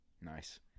Nice